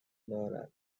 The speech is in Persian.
دارد